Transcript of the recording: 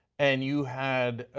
and you had a,